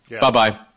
Bye-bye